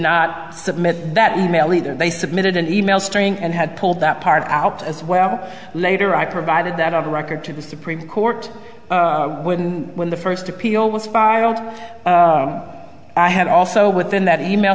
not submit that email either they submitted an email string and had pulled that part out as well later i provided that on the record to the supreme court when the first appeal was find out i had also within that email